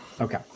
Okay